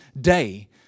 day